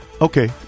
Okay